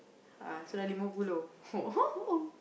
ah so dah lima puluh